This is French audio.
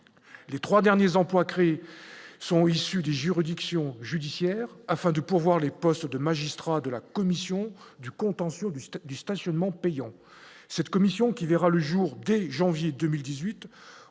les 3 derniers emplois créés sont issus des juridictions judiciaires afin de pourvoir les postes de magistrats de la commission du contentieux du stade du stationnement payant cette commission qui verra le jour dès janvier 2018